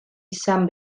izan